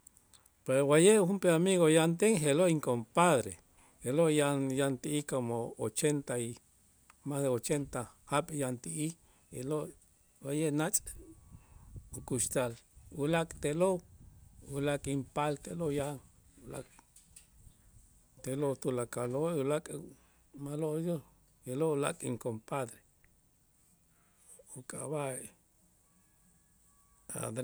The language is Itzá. Pues wa'ye' junp'ee amigo yanten je'lo' incompadre je'lo' yan- yanti'ij como ochenta y mas de ochenta jaab' yanti'ij je'lo' wa'ye' natz' ukuxtal, ulaak' te'lo' ulaak' inpaal te'lo' ya ulaak' te'lo' tulakaloo' ulaak' je'lo' ulaak' incompadre uk'ab'a' a'